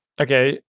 okay